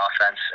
offense